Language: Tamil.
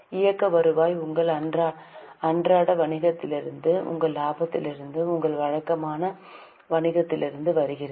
இயக்க வருவாய் உங்கள் அன்றாட வணிகத்திலிருந்து உங்கள் லாபத்திலிருந்து உங்கள் வழக்கமான வணிகத்திலிருந்து வருகிறது